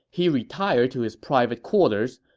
he retired to his private quarters,